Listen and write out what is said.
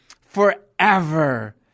forever